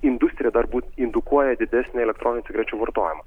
industrija dar būt indukuoja didesnę elektroninių cigarečių vartojimą